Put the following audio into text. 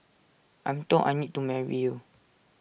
I'm told I need to marry you